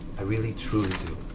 i really, truly do.